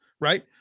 right